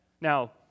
Now